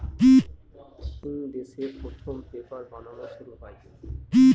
চিন দেশে প্রথম পেপার বানানো শুরু হয়